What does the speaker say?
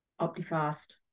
Optifast